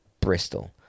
bristol